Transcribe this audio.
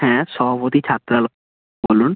হ্যাঁ সভাপতি ছাত্রালয় বলুন